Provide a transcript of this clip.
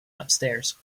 upstairs